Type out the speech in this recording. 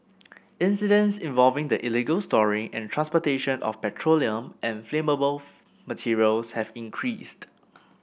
incidents involving the illegal storing and transportation of petroleum and flammable materials have increased